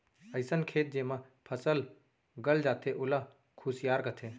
अइसन खेत जेमा फसल गल जाथे ओला खुसियार कथें